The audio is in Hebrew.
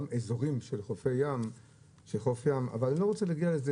גם אזורים של חוף ים אבל אני לא רוצה להגיע לזה.